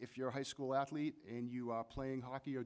if your high school athlete and you are playing hockey or